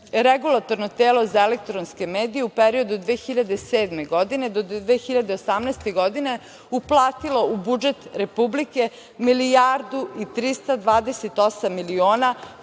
Regulatorno telo za elektronske medije u periodu od 2007. godine do 2018. godine uplatilo u budžet Republike 1.328.551.794